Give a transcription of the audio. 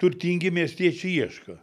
turtingi miestiečiai ieško